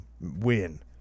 win